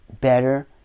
better